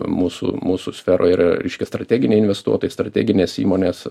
mūsų mūsų sferoj ir reiškia strateginiai investuotojai strateginės įmonės